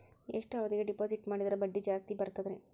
ಎಷ್ಟು ಅವಧಿಗೆ ಡಿಪಾಜಿಟ್ ಮಾಡಿದ್ರ ಬಡ್ಡಿ ಜಾಸ್ತಿ ಬರ್ತದ್ರಿ?